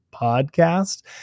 podcast